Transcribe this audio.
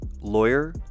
lawyer